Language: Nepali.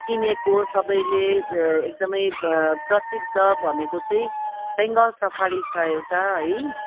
चिनेको सबैले एकदमै प प्रसिद्ध भनेको चाहिँ बेङ्गाल सफारी छ एउटा है